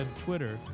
Twitter